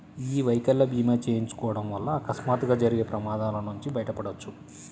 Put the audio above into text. యీ వైకల్య భీమా చేయించుకోడం వల్ల అకస్మాత్తుగా జరిగే ప్రమాదాల నుంచి బయటపడొచ్చు